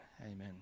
amen